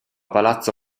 palazzo